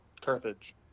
Carthage